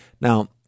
Now